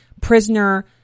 prisoner